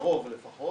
הרוב, לפחות